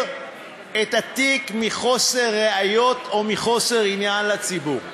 את התיק מחוסר ראיות או מחוסר עניין לציבור.